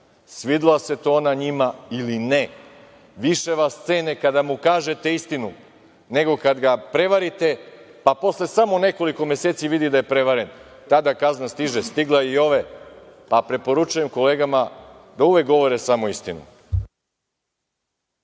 svidela se ona njima ili ne. Više vas cene kada mu kažete istinu, nego kad ga prevarite, pa posle samo nekoliko meseci vidi da je prevaren. Tada kazna stiže. Stigla je i ove. Pa preporučujem kolegama da uvek govore samo istinu.